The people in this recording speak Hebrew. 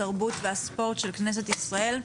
התרבות והספורט של כנסת ישראל,